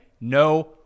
no